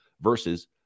versus